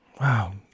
Wow